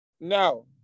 No